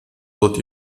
wird